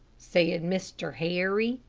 said mr. harry.